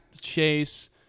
chase